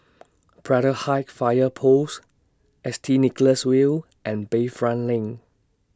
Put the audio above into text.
Braddell Heights Fire Post S T Nicholas View and Bayfront LINK